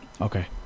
Okay